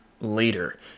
later